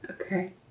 Okay